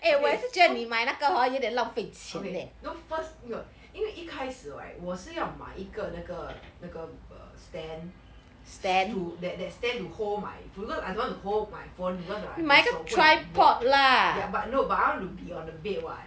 okay so okay no first you know 因为一开始 right 我是要买一个那个那个 err stand to that that stand to hold my phone because I don't want to hold my phone because 我的手会累 ya but no but I want to be on the bed [what]